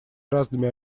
разными